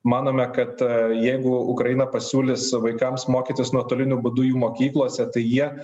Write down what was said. manome kad jeigu ukraina pasiūlys vaikams mokytis nuotoliniu būdu jų mokyklose tai jie